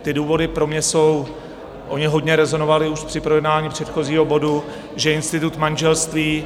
Ty důvody pro mě jsou, ony hodně rezonovaly už při projednání předchozího bodu, že institut manželství